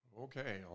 Okay